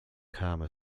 karma